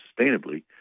sustainably